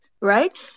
right